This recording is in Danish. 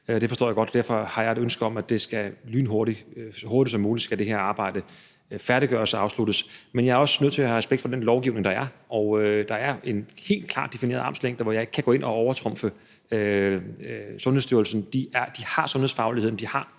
Det forstår jeg godt, og derfor har jeg et ønske om, at det her arbejde så hurtigt som muligt skal færdiggøres og afsluttes. Men jeg er også nødt til at have respekt for den lovgivning, der er, og der er en helt klar defineret armslængde, og jeg kan ikke gå ind og overtrumfe Sundhedsstyrelsen. De har sundhedsfagligheden,